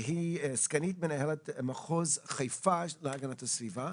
סגנית מנהל מחוז חיפה של המשרד להגנת הסביבה.